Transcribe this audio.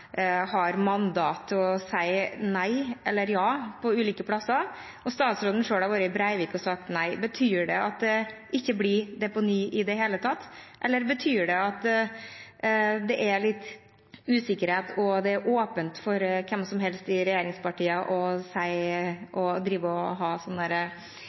har mandat til å si nei eller ja på ulike steder? Statsråden selv har vært i Brevik og sagt nei. Betyr det at det ikke blir deponi i det hele tatt? Eller betyr det at det er litt usikkerhet og åpent for hvem som helst i regjeringspartiene å ha